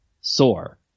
sore